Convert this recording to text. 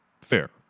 fair